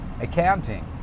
accounting